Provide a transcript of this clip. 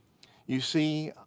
you see,